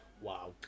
Wow